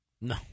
No